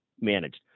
managed